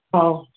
ꯑꯧ